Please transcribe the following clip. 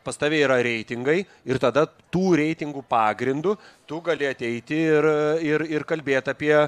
pas tave yra reitingai ir tada tų reitingų pagrindu tu gali ateiti ir ir ir kalbėt apie